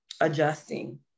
adjusting